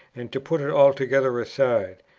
and to put it altogether aside.